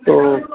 হুম